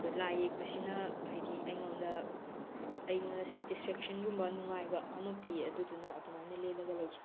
ꯑꯗꯨꯒ ꯂꯥꯏ ꯌꯦꯛꯄꯁꯤꯅ ꯍꯥꯏꯗꯤ ꯑꯩꯉꯣꯟꯗ ꯑꯩꯉꯣꯟꯗ ꯁꯦꯇꯤꯁꯐꯦꯛꯁꯟꯒꯨꯝꯕ ꯅꯨꯉꯥꯏꯕ ꯑꯃ ꯄꯤ ꯑꯗꯨꯅ ꯑꯗꯨꯃꯥꯏꯅ ꯂꯦꯜꯂꯒ ꯂꯩꯖꯩ